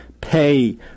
pay